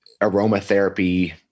aromatherapy